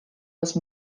les